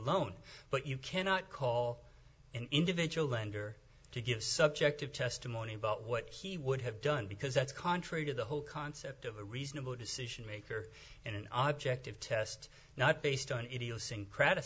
loan but you cannot call an individual lender to give subjective testimony about what he would have done because that's contrary to the whole concept of a reasonable decision maker and an object of test not based on idiosyncratic